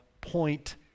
point